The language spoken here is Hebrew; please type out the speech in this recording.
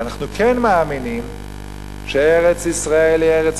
כי אנחנו כן מאמינים שארץ-ישראל היא ארץ